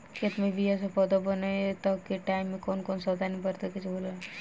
खेत मे बीया से पौधा बने तक के टाइम मे कौन कौन सावधानी बरते के होला?